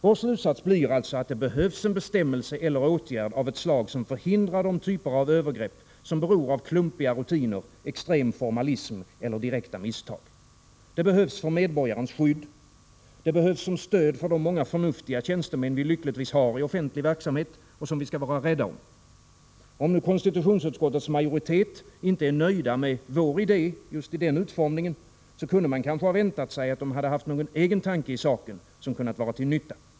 Vår slutsats blir att det behövs en bestämmelse eller åtgärd av ett slag som förhindrar de typer av övergrepp som beror på klumpiga rutiner, extrem formalism eller direkta misstag. Det behövs för medborgarens skydd. Det behövs som stöd för de många förnuftiga tjänstemän vi lyckligtvis har i offentlig verksamhet — och som vi skall vara rädda om. Om nu konstitutionsutskottets majoritet inte är nöjd med idén i just vår utformning, kunde man kanske ha väntat sig att majoriteten hade haft någon egen tanke i saken, som kunnat vara till nytta.